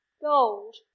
Gold